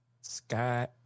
Sky-